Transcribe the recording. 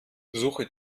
suche